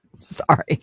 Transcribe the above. Sorry